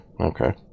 Okay